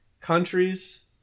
countries